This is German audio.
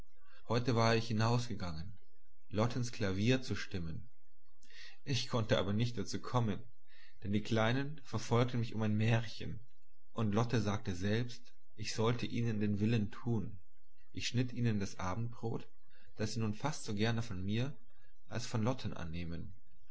heute war ich hinausgegangen lottens klavier zu stimmen ich konnte aber nicht dazu kommen denn die kleinen verfolgten mich um ein märchen und lotte sagte selbst ich sollte ihnen den willen tun ich schnitt ihnen das abendbrot das sie nun fast so gern von mir als von lotten annehmen